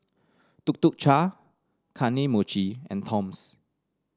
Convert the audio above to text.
Tuk Tuk Cha Kane Mochi and Toms